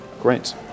Great